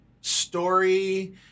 story